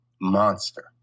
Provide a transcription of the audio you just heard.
monster